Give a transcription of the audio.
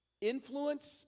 influence